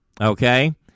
Okay